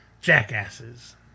jackasses